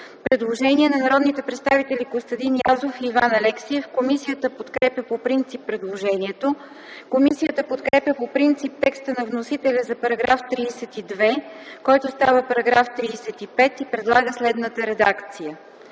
предложение от народния представител Костадин Язов. Комисията подкрепя по принцип предложението. Комисията подкрепя по принцип текста на вносителя за § 48, който става § 51, и предлага следната редакция:”